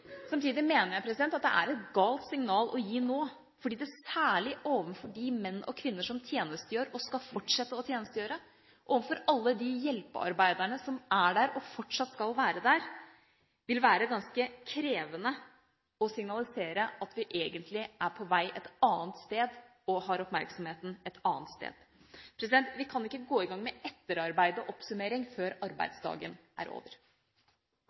Samtidig mener jeg at det er et galt signal å gi nå, fordi det særlig overfor de menn og kvinner som tjenestegjør og skal fortsette å tjenestegjøre, overfor alle de hjelpearbeiderne som er der og fortsatt skal være der, vil være ganske krevende å signalisere at vi egentlig er på vei et annet sted og har oppmerksomheten et annet sted. Vi kan ikke gå i gang med etterarbeid og oppsummering før arbeidsdagen er over.